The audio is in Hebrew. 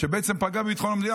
שבעצם פגע בביטחון המדינה,